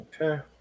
Okay